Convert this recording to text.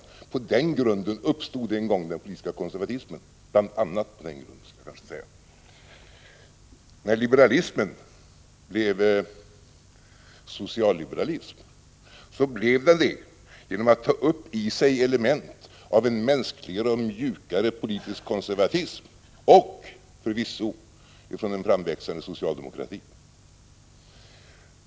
a. på den grunden uppstod en gång den politiska konservatismen. När liberalismen blev socialliberalism blev den det genom att ta upp i sig element från en mänskligare och mjukare politisk konservatism, och förvisso också från en framväxande socialdemokrati.